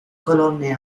colonne